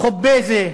חוביזה,